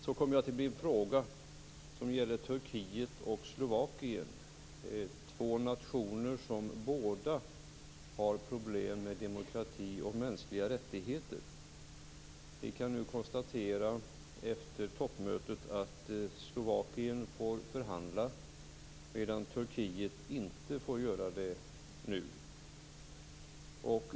Det gäller Turkiet och Slovakien, två nationer som båda har problem med demokrati och mänskliga rättigheter. Efter toppmötet kan vi konstatera att Slovakien får förhandla, medan Turkiet inte får göra det nu.